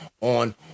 on